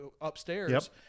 upstairs